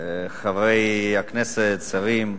חברי הכנסת, שרים,